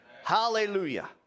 Hallelujah